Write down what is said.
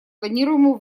планируемому